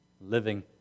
living